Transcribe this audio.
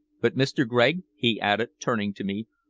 but, mr. gregg, he added, turning to me,